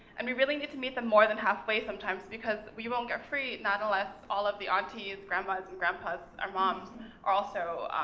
and we really need to meet them more than halfway sometimes, because we won't get free, not unless of the aunties, grandmas, and grandpas, or moms are also,